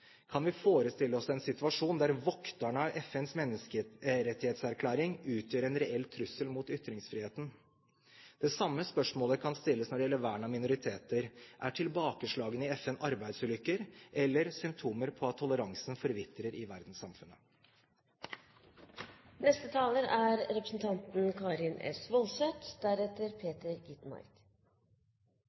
vi forestille oss en situasjon der vokterne av FNs menneskerettighetserklæring utgjør en reell trussel mot ytringsfriheten?» Det samme spørsmålet kan stilles når det gjelder vern av minoriteter. Er tilbakeslagene i FN arbeidsulykker eller symptomer på at toleransen forvitrer i verdenssamfunnet? Det er